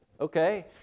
okay